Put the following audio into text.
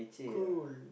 cool